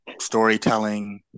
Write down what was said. storytelling